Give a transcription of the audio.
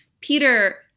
Peter